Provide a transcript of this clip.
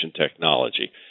technology